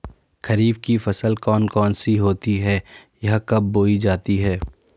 खरीफ की फसल कौन कौन सी होती हैं यह कब बोई जाती हैं?